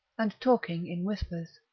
and talking in whispers.